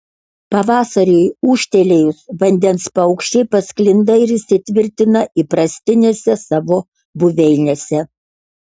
pavasariui ūžtelėjus vandens paukščiai pasklinda ir įsitvirtina įprastinėse savo buveinėse